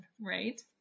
right